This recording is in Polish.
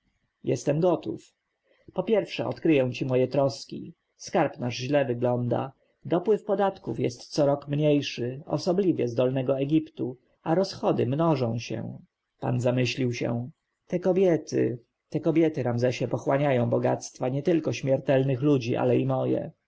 jestem gotów po pierwsze po pierwsze odkryję ci moje troski skarb nasz źle wygląda dopływ podatków jest co rok mniejszy osobliwie z dolnego egiptu a rozchody mnożą się pan zamyślił się te kobiety te kobiety ramzesie pochłaniają bogactwa nietylko śmiertelnych ludzi ale i moje